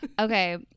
Okay